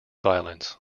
violence